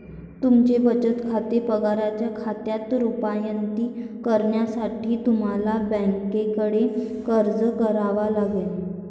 तुमचे बचत खाते पगाराच्या खात्यात रूपांतरित करण्यासाठी तुम्हाला बँकेकडे अर्ज करावा लागेल